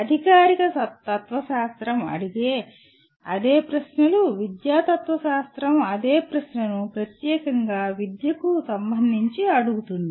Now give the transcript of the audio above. అధికారిక తత్వశాస్త్రం అడిగే అదే ప్రశ్నలు విద్యా తత్వశాస్త్రం అదే ప్రశ్నను ప్రత్యేకంగా విద్యకు సంబంధించి అడుగుతుంది